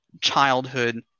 childhood